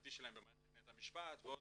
המשפטי שלהם במערכת בית המשפט ועוד